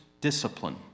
discipline